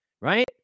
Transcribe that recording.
right